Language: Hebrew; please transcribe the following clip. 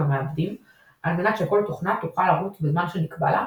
המעבדים על מנת שכל תוכנה תוכל לרוץ בזמן שנקבע לה,